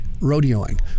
rodeoing